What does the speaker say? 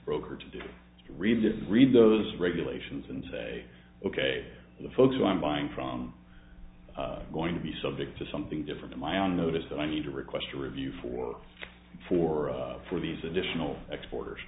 broker to do read to read those regulations and say ok the folks who i'm buying from going to be subject to something different to my own notice that i need to request a review for for for these additional exporters